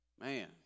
Man